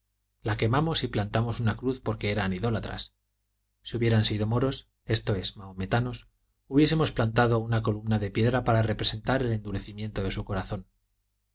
la quemamos y plantamos una cruz porque eran idólatras si hubieran sido moros esto es mahometanos hubiésemos plantado una columna de piedra para representar el endurecimiento de su corazón